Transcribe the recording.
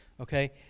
okay